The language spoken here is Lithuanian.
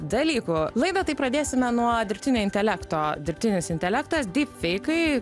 dalykų laidą tai pradėsime nuo dirbtinio intelekto dirbtinis intelektas dyp feikai